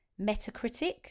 metacritic